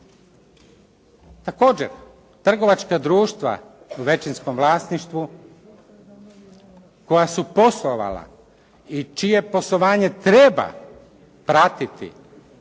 Također trgovačka društva u većinskom vlasništvu koja su poslovala i čije poslovanje treba pratiti